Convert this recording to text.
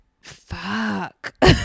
fuck